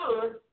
good